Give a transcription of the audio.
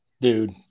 Dude